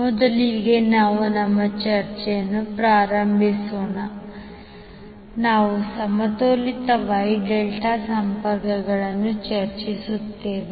ಮೊದಲಿಗೆ ನಾವು ನಮ್ಮ ಚರ್ಚೆಯನ್ನು ಪ್ರಾರಂಭಿಸೋಣ ನಾವು ಸಮತೋಲಿತ Y Δ ಸಂಪರ್ಕಗಳನ್ನು ಚರ್ಚಿಸುತ್ತೇವೆ